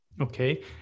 Okay